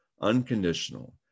unconditional